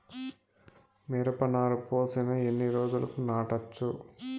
మిరప నారు పోసిన ఎన్ని రోజులకు నాటచ్చు?